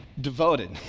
devoted